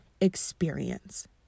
experience